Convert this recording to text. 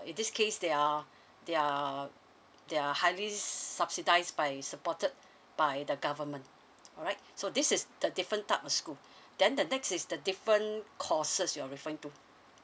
in this case they're they're they're highly subsidised by supported by the government alright so this is the different type of school then the next is the different courses you are referring to